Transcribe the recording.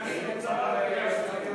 ועדת חוץ וביטחון?